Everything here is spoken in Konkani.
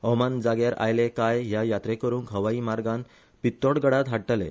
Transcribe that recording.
हवामान जाग्यार आयले काय ह्या यात्रेकरुंक हवाई मार्गान पित्तोडगडात हाडतले